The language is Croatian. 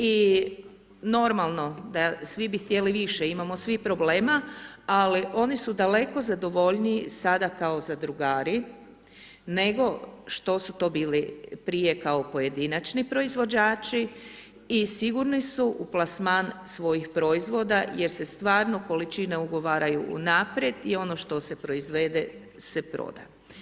I normalno da svi bi htjeli više, imamo svi problema ali oni su daleko zadovoljniji sada kao zadrugari nego što su to bili prije kao pojedinačni proizvođači i sigurni su u plasman svojih proizvoda jer se stvarno količine ugovaraju unaprijed i ono što se proizvede se proda.